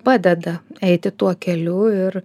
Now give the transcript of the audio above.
padeda eiti tuo keliu ir